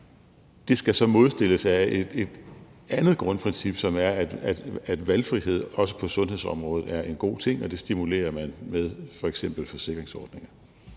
Det skal så modstilles af et andet grundprincip, som er, at valgfrihed, også på sundhedsområdet, er en god ting, og det stimulerer man f.eks. ved forsikringsordninger.